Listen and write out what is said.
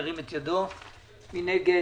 מי נגד?